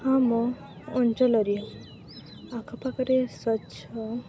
ଆମ ଅଞ୍ଚଳରେ ଆଖପାଖରେ ସ୍ୱଚ୍ଛ